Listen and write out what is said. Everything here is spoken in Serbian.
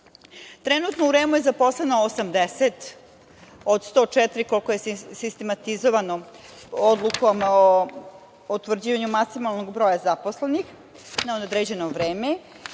Trenutno u REM je zaposleno 80 od 104 koliko je sistematizovano Odlukom o potvrđivanju maksimalnog broja zaposlenih na određeno vreme